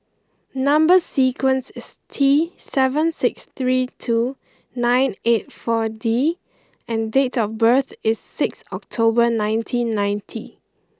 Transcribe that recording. number sequence is T seven six three two nine eight four D and date of birth is six October nineteen ninety